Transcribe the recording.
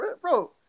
bro